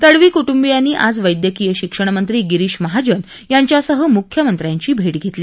तडवी कुटुंबीयांनी आज वैद्यकीय शिक्षण मंत्री गिरीश महाजन यांच्यासह मुख्यमंत्र्यांची भेट घेतली